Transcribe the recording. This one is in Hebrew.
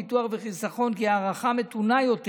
ביטוח וחיסכון כי הארכה מתונה יותר,